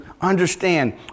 understand